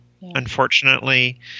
unfortunately